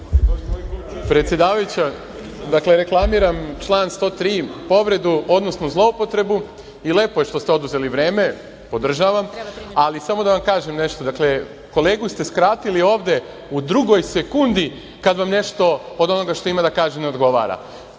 Predsedavajuća, reklamiram član 103. povredu, odnosno zloupotrebu. Lepo je što ste oduzeli vreme, podržavam. Ali, samo da vam kažem nešto, kolegu ste skratili ovde u drugoj sekundi kad vam nešto od onoga što ima da kaže ne odgovara.